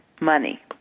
money